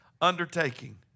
undertaking